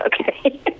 okay